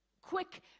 Quick